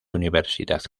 universidad